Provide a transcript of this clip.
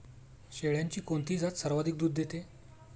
शेळ्यांची कोणती जात सर्वाधिक दूध देते?